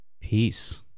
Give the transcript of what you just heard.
Peace